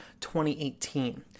2018